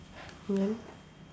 and then